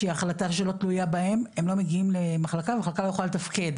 שהיא החלטה שלא תלויה בהם הם לא מגיעים למחלקה והמחלקה לא יכולה לתפקד,